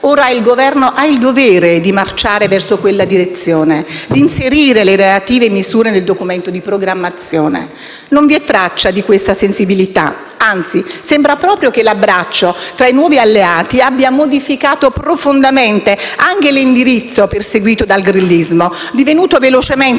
Ora il Governo ha il dovere di marciare verso quella direzione e di inserire le relative misure del Documento di programmazione. Non vi è traccia di questa sensibilità, anzi sembra proprio che l'abbraccio fra i nuovi alleati abbia modificato profondamente anche l'indirizzo perseguito dal grillismo, divenuto velocemente